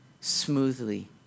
smoothly